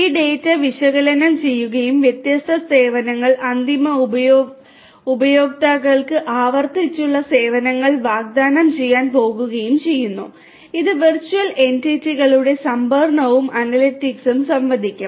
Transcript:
ഈ ഡാറ്റ വിശകലനം ചെയ്യുകയും വ്യത്യസ്ത സേവനങ്ങൾ അന്തിമ ഉപയോക്താക്കൾക്ക് ആവർത്തിച്ചുള്ള സേവനങ്ങൾ വാഗ്ദാനം ചെയ്യാൻ പോകുകയും ചെയ്യുന്നു ഇത് വെർച്വൽ എന്റിറ്റികളുടെ സംഭരണവും അനലിറ്റിക്സും സംവദിക്കും